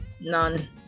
None